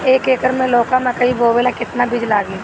एक एकर मे लौका मकई बोवे ला कितना बिज लागी?